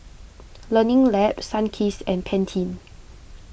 Learning Lab Sunkist and Pantene